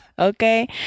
Okay